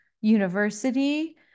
university